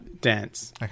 Dance